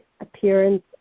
appearance